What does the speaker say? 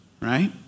right